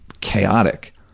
chaotic